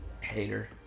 Hater